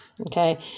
Okay